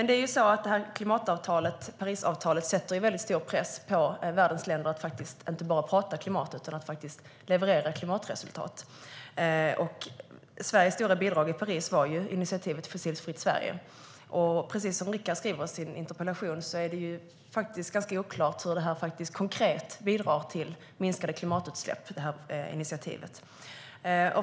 Det var väldigt generöst. Parisavtalet sätter stor press på världens länder att inte bara prata om klimat utan faktiskt leverera klimatresultat. Och Sveriges stora bidrag i Paris var initiativet Fossilfritt Sverige. Precis som Rickard skriver i sin interpellation är det ganska oklart hur initiativet konkret bidrar till minskade klimatutsläpp.